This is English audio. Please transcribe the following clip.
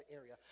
area